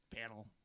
panel